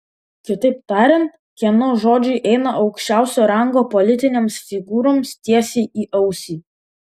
kitaip tariant kieno žodžiai eina aukščiausio rango politinėms figūroms tiesiai į ausį